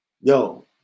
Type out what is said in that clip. Yo